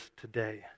today